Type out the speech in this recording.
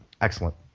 Excellent